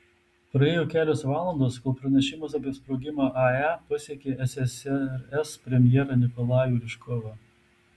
praėjo kelios valandos kol pranešimas apie sprogimą ae pasiekė ssrs premjerą nikolajų ryžkovą